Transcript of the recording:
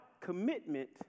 commitment